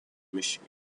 michigan